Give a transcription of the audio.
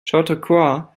chautauqua